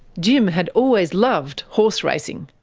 jim had always loved horse-racing.